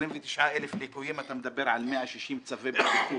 29,000 ליקויים, אתה מדבר על 160 צווי בטיחות.